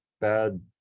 bad